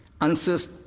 answers